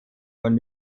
von